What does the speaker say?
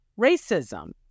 Racism